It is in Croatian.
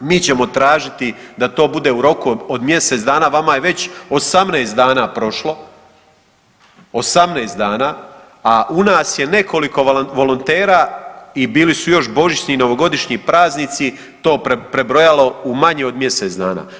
Mi ćemo tražiti da to bude u roku od mjesec dana, vama je već 18 dana prošlo, 18 dana, a u nas je nekoliko volontera i bili su još božićni i novogodišnji praznici, to prebrojalo u manje od mjesec dana.